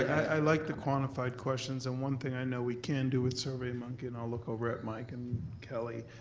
i like the quantified questions, and one thing i know we can do with surveymonkey, and i'll look over at mike and kelly,